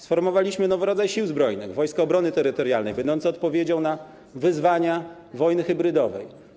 Stworzyliśmy nowy rodzaj Sił Zbrojnych: Wojska Obrony Terytorialnej będące odpowiedzią na wyzwania wojny hybrydowej.